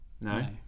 No